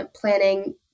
planning